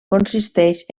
consisteix